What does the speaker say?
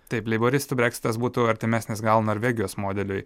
taip leiboristų breksitas būtų artimesnis gal norvegijos modeliui